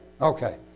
Okay